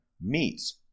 meets